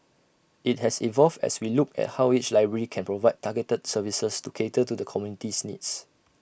IT has evolved as we look at how each library can provide targeted services to cater to the community's needs